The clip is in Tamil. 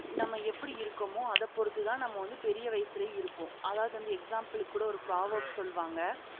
நம்ம எப்படி இருக்கோமோ அதை பொறுத்து தான் நம்ம வந்து பெரிய வயசுலேயும் இருப்போம் அதாவது வந்து எக்ஸாம்பிளுக்கு கூட ஒரு ப்ராவெர்ப்ஸ் சொல்லுவாங்க